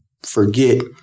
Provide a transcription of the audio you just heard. forget